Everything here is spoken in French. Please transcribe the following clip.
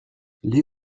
les